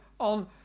On